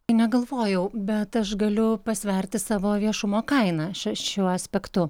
negalvojau bet aš galiu pasverti savo viešumo kainą ši šiuo aspektu